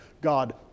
God